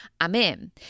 amen